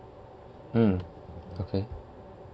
mm okay